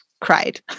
cried